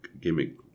gimmick